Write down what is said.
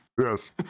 Yes